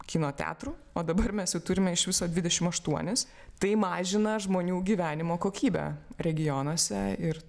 kino teatrų o dabar mes jų turime iš viso dvidešim aštuonis tai mažina žmonių gyvenimo kokybę regionuose ir